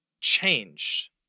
change